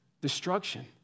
destruction